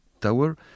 tower